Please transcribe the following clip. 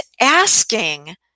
asking